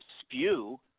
spew